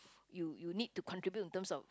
you you need to contribute in terms of